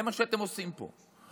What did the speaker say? זה מה שאתם עושים פה,